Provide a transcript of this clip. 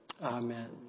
Amen